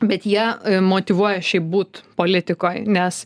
bet jie motyvuoja šiaip būt politikoj nes